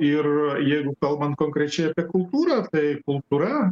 ir jeigu kalbant konkrečiai apie kultūrą tai kultūra